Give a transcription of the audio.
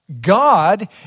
God